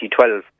2012